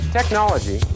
Technology